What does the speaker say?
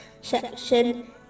section